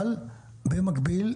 אבל במקביל,